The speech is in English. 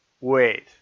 wait